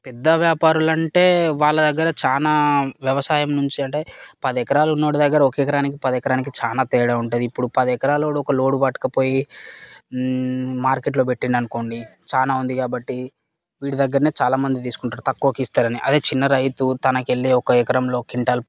పెద్ద వ్యాపారులంటే వాళ్ళ దగ్గర చాలా వ్యవసాయం నుంచి అంటే పది ఎకరాలు ఉన్నోడి దగ్గర ఒక ఎకరానికి పది ఎకరానికి చాలా తేడా ఉంటుంది ఇప్పుడు పది ఎకరాలోడు ఒక లోడు పట్టుకుపోయి మార్కెట్లో పెట్టిండనుకోండి చాలా ఉంది కాబట్టి వీడి దగ్గరనే చాలామంది తీసుకుంటారు తక్కువకి ఇస్తారని అదే చిన్న రైతు తనకెళ్ళే ఒక ఎకరంలో కింటాలు